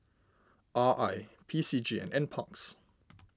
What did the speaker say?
R I P C G NParks